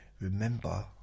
remember